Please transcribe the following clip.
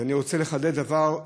אני רוצה לחדד דבר,